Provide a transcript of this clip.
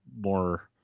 more